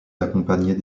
d’accompagner